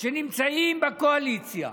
שנמצאים בקואליציה,